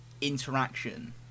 interaction